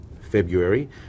February